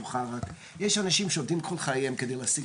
יש אנשים שעובדים כל חייהם כדי להשיג